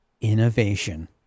innovation